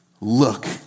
look